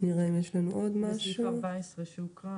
נעבור להצבעה על סעיף 14 שהוקרא